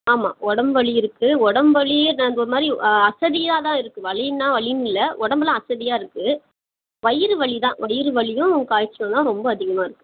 ஆமாம் உடம்பு வலி இருக்குது டம்பு வலியே என்ன இந்த ஒரு மாதிரி அசதியாகதான் இருக்குது வலின்னால் வலின்னு இல்லை உடம்புலாம் அசதியாக இருக்குது வயிறு வலி தான் வயிறு வலியும் காய்ச்சலும் தான் ரொம்ப அதிகமா இருக்குது